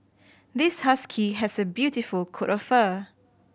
this husky has a beautiful coat of fur